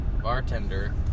bartender